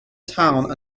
town